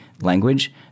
language